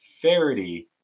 Faraday